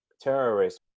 terrorists